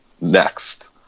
next